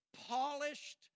polished